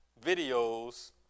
videos